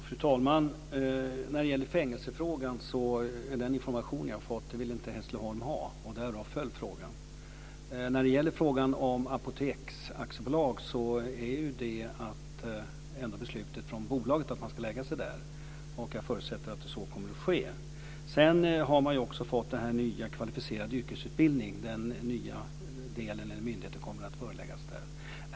Fru talman! I fängelsefrågan är den information jag har fått att Hässleholm inte ville ha detta. Därav föll frågan. När det gäller detta med apoteksaktiebolag är det ändå ett beslut från bolaget självt att man ska lägga sig där, och jag förutsätter att så kommer att ske. Sedan har man också fått det här med den nya kvalificerade yrkesutbildningen. Den nya myndigheten kommer att läggas där.